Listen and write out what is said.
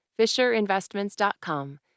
Fisherinvestments.com